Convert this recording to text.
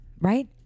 right